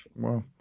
Wow